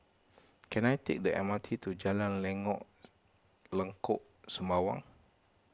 can I take the M R T to Jalan Lengkok Sembawang